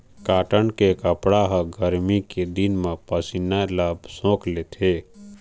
cotton के कपड़ा ह गरमी के दिन म पसीना ल सोख लेथे